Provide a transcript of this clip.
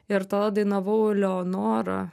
ir tada dainavau leonorą